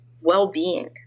well-being